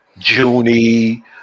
Junie